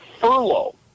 furlough